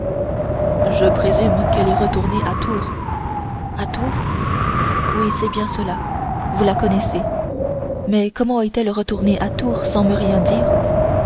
je présume qu'elle est retournée à tours à tours oui c'est bien cela vous la connaissez mais comment est-elle retournée à tours sans me rien dire